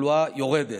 התחלואה יורדת.